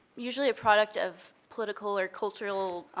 usually a product of political or cultural